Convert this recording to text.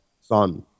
Son